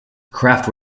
craft